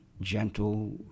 gentle